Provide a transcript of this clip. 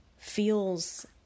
feels